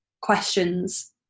questions